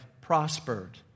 prospered